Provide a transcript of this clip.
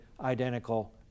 identical